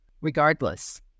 regardless